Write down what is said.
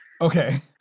Okay